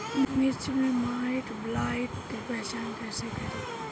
मिर्च मे माईटब्लाइट के पहचान कैसे करे?